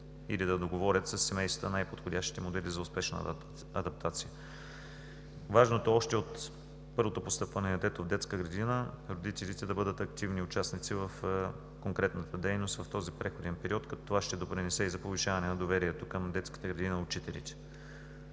или да договорят със семействата най-подходящите модели за успешна адаптация. Важно е още от първото постъпване на детето в детска градина родителите да бъдат активни участници в конкретната дейност в този преходен период, като това ще допринесе и за повишаване на доверието към детската градина и учителите.